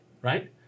right